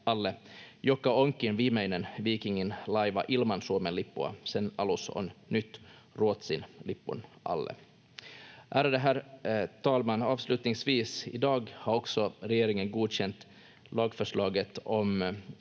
joka onkin viimeinen Vikingin laiva ilman Suomen lippua. Sen alus on nyt Ruotsin lipun alla. Ärade herr talman! Avslutningsvis: I dag har regeringen också godkänt lagförslaget om